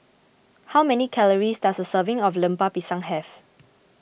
how many calories does a serving of Lemper Pisang have